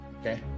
Okay